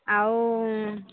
ଆଉ